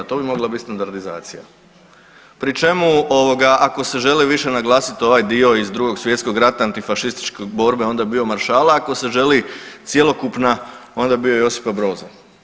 To bi mogla bit standardizacija, pri čemu ako se želi više naglasiti ovaj dio iz Drugog svjetskog rata antifašističke borbe onda bi bio maršala, ako se želi cjelokupna onda bi bio Josipa Broza.